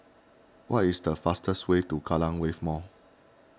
what is the fastest way to Kallang Wave Mall